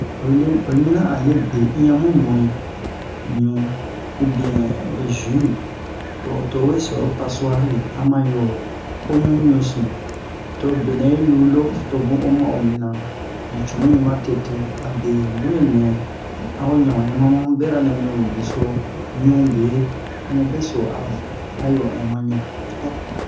Oyi le oyi mina a le be iyan mu ɲu'i mu ɲu ubiɛn zu don to o we se o pasu'ari ama yo omu ɲusin to benɛ yi lu lo to bun o ma'o mina ni cunu mi ma tete abe mu we nɛ a'o ɲama ɲama ma mu bera nɛ mi mu beso ɲu be amu beso a ayo in ma ɲu